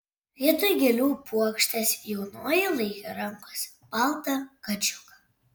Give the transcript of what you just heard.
vietoj gėlių puokštės jaunoji laikė rankose baltą kačiuką